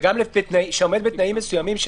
וגם שעומד בתנאים מסוימים,